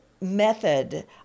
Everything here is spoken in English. method